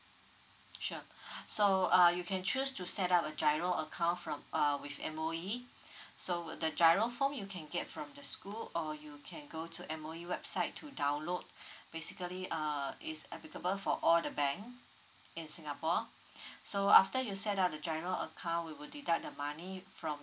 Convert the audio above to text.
sure so uh you can choose to set up a giro account from uh with M_O_E so would the giro form you can get from the school or you can go to M_O_E website to download basically err is applicable for all the bank in singapore so after you set up the giro account we will deduct the money from